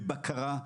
בבקרה,